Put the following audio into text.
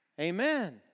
Amen